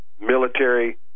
military